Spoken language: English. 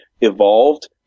evolved